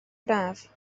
braf